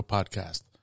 Podcast